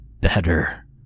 Better